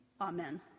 Amen